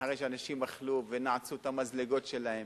אחרי שאנשים אכלו ונעצו את המזלגות שלהם,